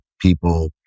people